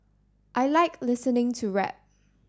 I like listening to rap